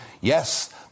Yes